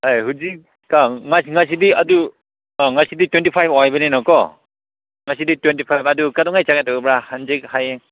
ꯍꯣꯏ ꯍꯧꯖꯤꯛ ꯉꯁꯤꯗꯤ ꯑꯗꯨ ꯑꯥ ꯉꯁꯤꯗꯤ ꯇ꯭ꯋꯦꯟꯇꯤ ꯐꯥꯏꯚ ꯑꯣꯏꯕꯅꯤꯅꯀꯣ ꯉꯁꯤꯗꯤ ꯇ꯭ꯋꯦꯟꯇꯤ ꯐꯥꯏꯚ ꯑꯗꯨ ꯀꯩꯗꯧꯉꯩ ꯆꯠꯀꯗꯧꯕ꯭ꯔꯥ ꯍꯥꯡꯆꯤꯠ ꯍꯌꯦꯡ